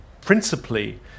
principally